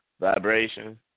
vibration